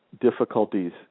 difficulties